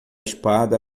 espada